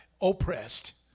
oppressed